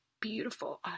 beautiful